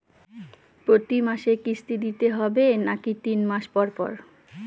প্রতিমাসে কিস্তি দিতে হবে নাকি তিন মাস পর পর?